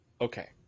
Okay